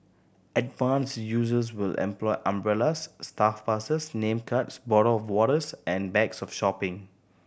advanced users will employ umbrellas staff passes name cards bottle of waters and bags of shopping